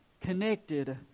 connected